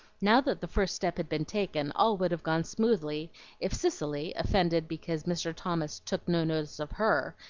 now that the first step had been taken, all would have gone smoothly if cicely, offended because mr. thomas took no notice of her,